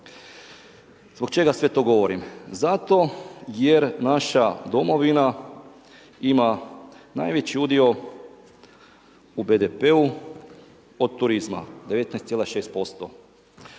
Zbog čega sve to govorim? Zato jer naša domovina ima najveći udio u BDP-u od turizma, 19,6%.